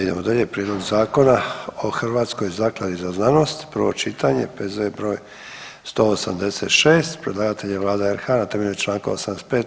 Idemo dalje: - Prijedlog Zakona o Hrvatskoj zakladi za znanost, prvo čitanje, P.Z. broj 186 Predlagatelj je Vlada RH na temelju Članku 85.